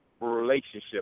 relationship